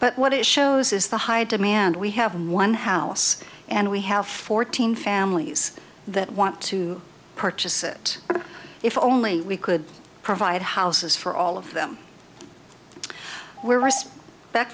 but what it shows is the high demand we have one house and we have fourteen families that want to purchase it if only we could provide houses for all of them were